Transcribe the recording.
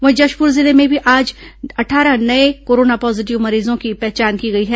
वहीं जशपुर जिले में भी आज अट्ठारह नये कोरोना पॉजीटिव मरीजों की पहचान की गई है